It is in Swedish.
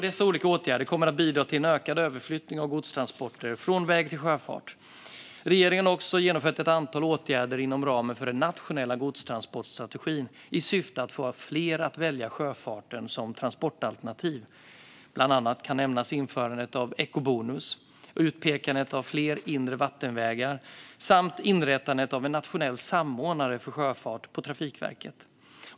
Dessa olika åtgärder kommer att bidra till en ökad överflyttning av godstransporter från väg till sjöfart. Regeringen har också genomfört ett antal åtgärder inom ramen för den nationella godstransportstrategin i syfte att få fler att välja sjöfarten som transportalternativ. Bland annat kan nämnas införandet av ekobonus, utpekandet av fler inre vattenvägar samt inrättandet av en nationell samordnare för sjöfart på Trafikverket.